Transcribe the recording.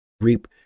reap